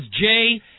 Jay